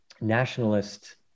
nationalist